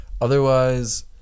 otherwise